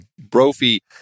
Brophy